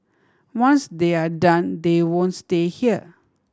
once they are done they won't stay here